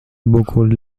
beaucoup